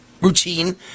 routine